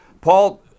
Paul